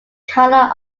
colour